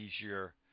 easier